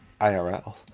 IRL